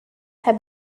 have